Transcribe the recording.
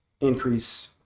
increase